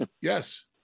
Yes